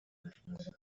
amafunguro